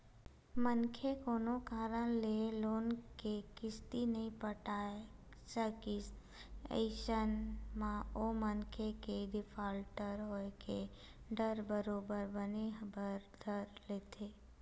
मनखे कोनो कारन ले लोन के किस्ती नइ पटाय सकिस अइसन म ओ मनखे के डिफाल्टर होय के डर ह बरोबर बने बर धर लेथे